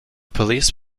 police